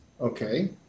Okay